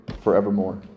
Forevermore